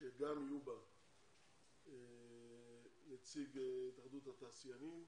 שגם יהיו בה נציג התאחדות התעשיינים